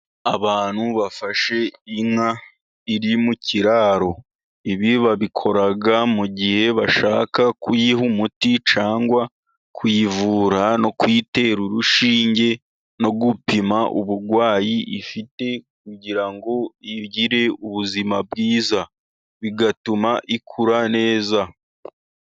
Abantu bafashe inka iri mu kiraro. Ibi babikora mu gihe bashaka kuyiha umuti, cyangwa kuyivura no kuyitera urushinge, no gupima uburwayi ifite kugira ngo igire ubuzima bwiza. Bigatuma ikura neza.